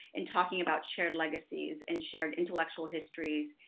and talking about shared legacies and shared intellectual histories,